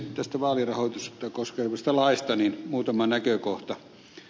tästä vaalirahoitusta koskevasta laista muutama näkökohta